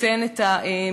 תיתן את המענה.